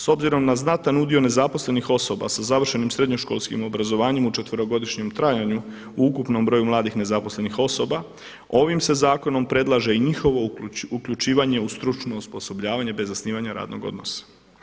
S obzirom na znatan udio nezaposlenih osoba sa završenim srednjoškolskim obrazovanjem u četverogodišnjem trajanju u ukupnom broju mladih nezaposlenih osoba ovim se zakonom predlaže i njihovo uključivanje u stručno osposobljavanje bez zasnivanja radnog odnosa.